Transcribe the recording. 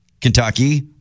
Kentucky